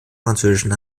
französischen